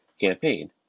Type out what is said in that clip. campaign